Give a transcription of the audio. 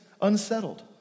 unsettled